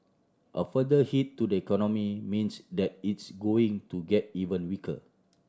a further hit to the economy means that it's going to get even weaker